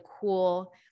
cool